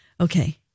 Okay